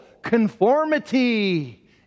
Conformity